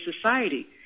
society